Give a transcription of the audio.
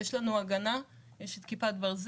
יש לנו הגנה, יש לנו את כיפת ברזל,